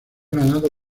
ganado